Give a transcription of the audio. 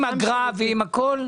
עם אגרה ועם הכל?